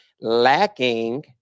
lacking